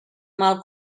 mal